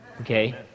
okay